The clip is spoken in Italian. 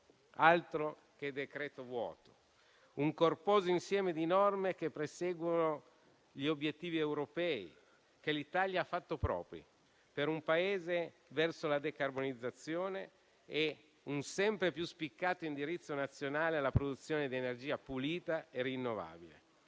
altro che decreto-legge vuoto! Un corposo insieme di norme che persegue gli obiettivi europei che l'Italia ha fatto propri, per un Paese avviato verso la decarbonizzazione e un sempre più spiccato indirizzo nazionale alla produzione di energia pulita e rinnovabile.